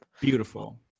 beautiful